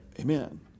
Amen